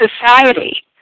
society